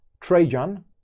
Trajan